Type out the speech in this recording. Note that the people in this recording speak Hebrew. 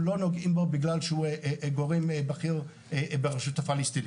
אנחנו לא נוגעים בו בגלל שהוא גורם בכיר ברשות הפלסטינית.